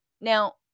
Now